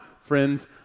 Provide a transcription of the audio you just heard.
friends